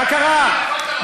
מה קרה,